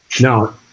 No